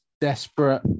desperate